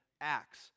Acts